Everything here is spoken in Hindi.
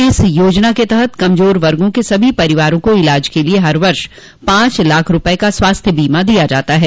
इस योजना के तहत कमजोर वर्गों के सभी परिवारों को इलाज के लिए हर वर्ष पांच लाख रूपये का स्वास्थ्य बीमा दिया जाता है